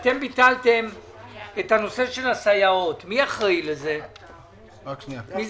הישיבה ננעלה בשעה 10:53.